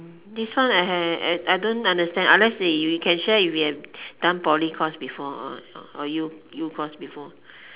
this one I have I I don't understand unless you can share you done poly course before or U course before